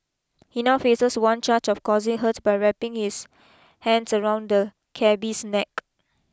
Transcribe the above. he now faces one charge of causing hurt by wrapping his hands around the cabby's neck